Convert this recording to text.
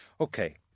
Okay